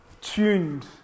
tuned